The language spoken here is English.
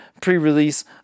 pre-release